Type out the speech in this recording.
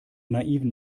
naiven